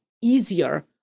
easier